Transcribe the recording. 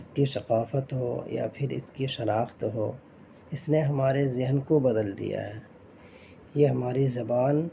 اس کی ثقافت ہو یا پھر اس کی شناخت ہو اس نے ہمارے ذہن کو بدل دیا ہے یہ ہماری زبان